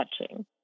touching